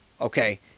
okay